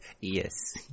Yes